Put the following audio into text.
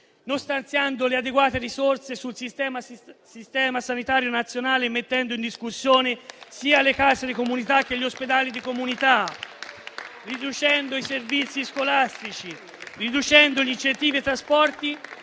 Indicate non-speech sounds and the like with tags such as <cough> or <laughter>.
non stanziando le adeguate risorse sul Sistema sanitario nazionale e mettendo in discussione sia le case di comunità che gli ospedali di comunità, <applause> riducendo i servizi scolastici, riducendo gli incentivi ai trasporti